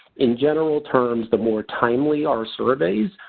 in general terms the more timely our survey,